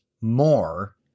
more